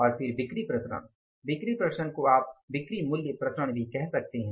और फिर बिक्री विचरण बिक्री विचरण को आप बिक्री मूल्य विचरण भी कह सकते हैं